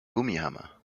gummihammer